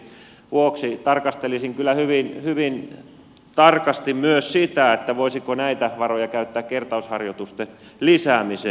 sen vuoksi tarkastelisin kyllä hyvin tarkasti myös sitä voisiko näitä varoja käyttää kertausharjoitusten lisäämiseen